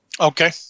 Okay